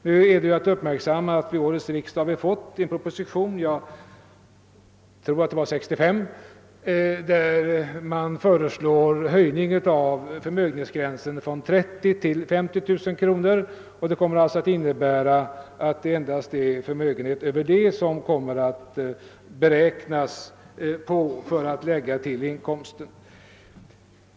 Nu måste vi uppmärksamma att vi i årets riksdag fått en proposition — jag tror att det var nr 65 — där man föreslår höjning av förmögenhetsgränsen från 30 000 till 50 000 kronor. Det kommer alltså att innebära att 20 procent av förmögenheter över 50 000 kronor kommer att läggas till inkomsten.